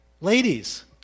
Ladies